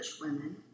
women